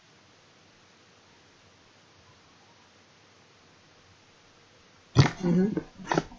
mm hmm